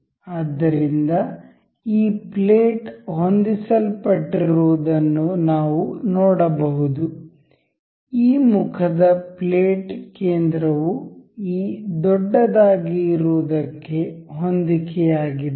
ಆದ್ದರಿಂದ ಈ ಪ್ಲೇಟ್ ಹೊಂದಿಸಲ್ಪಟ್ಟಿರುವುದನ್ನು ನಾವು ನೋಡಬಹುದು ಈ ಮುಖದ ಪ್ಲೇಟ್ ಕೇಂದ್ರ ವು ಈ ದೊಡ್ಡದಾಗಿ ಇರುವದಕ್ಕೆ ಹೊಂದಿಕೆಯಾಗಿದೆ